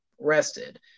rested